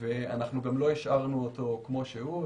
אנחנו לא השארנו אותו כמו שהוא,